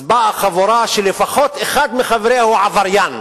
אז באה חבורה שלפחות אחד מחבריה הוא עבריין,